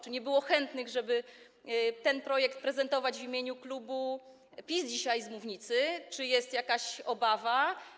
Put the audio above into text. Czy nie było chętnych, żeby ten projekt prezentować w imieniu klubu PiS dzisiaj z mównicy, czy jest jakaś obawa?